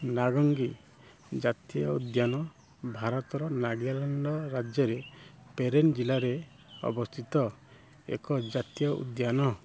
ନାଙ୍ଗଗି ଜାତୀୟ ଉଦ୍ୟାନ ଭାରତର ନାଗାଲାଣ୍ଡ ରାଜ୍ୟରେ ପେରେନ ଜିଲ୍ଲାରେ ଅବସ୍ଥିତ ଏକ ଜାତୀୟ ଉଦ୍ୟାନ